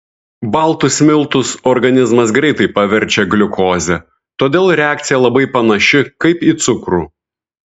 baltus miltus organizmas greitai paverčia gliukoze todėl reakcija labai panaši kaip į cukrų